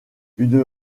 une